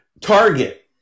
Target